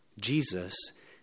Jesus